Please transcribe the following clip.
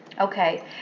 Okay